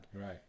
Right